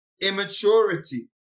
immaturity